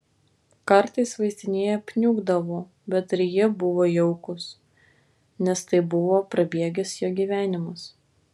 kartais vaizdiniai apniukdavo bet ir jie buvo jaukūs nes tai buvo prabėgęs jo gyvenimas